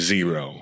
Zero